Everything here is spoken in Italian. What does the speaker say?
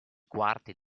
quarti